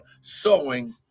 sowing